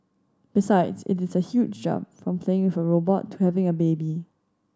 besides it is a huge jump from playing with a robot to having a baby